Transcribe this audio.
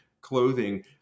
clothing